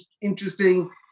interesting